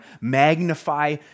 magnify